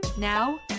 Now